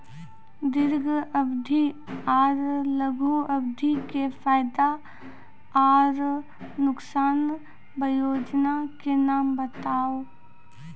दीर्घ अवधि आर लघु अवधि के फायदा आर नुकसान? वयोजना के नाम बताऊ?